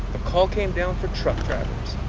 call came down for truck ah